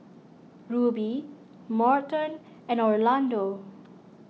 Rubie Morton and Orlando